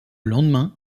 lendemain